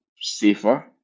safer